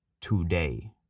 today